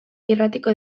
irratiko